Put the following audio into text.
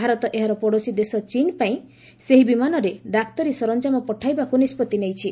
ଭାରତ ଏହାର ପଡ଼ୋଶୀ ଦେଶ ଚୀନ ପାଇଁ ସେହି ବମାନରେ ଡାକ୍ତରୀ ସରଞ୍ଜାମ ପଠାଇବାକୁ ନିଷ୍ପଭି ନେଇଛି